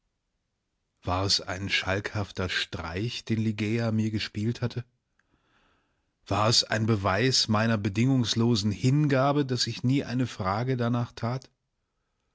war es ein schalkhafter streich den ligeia mir gespielt hatte war es ein beweis meiner bedingungslosen hingabe daß ich nie eine frage danach tat